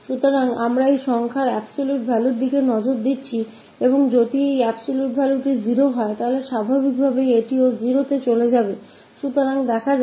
तो हम इस संख्या का absolute मान पर एक नज़र ले जा रहे हैं और यहाँ निरपेक्ष मान लगता है 0 है तो उसके बाद स्वाभाविक रूप से यह भी 0 के लिए जाना जाएगा देखते हैं क्या होता है